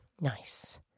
Nice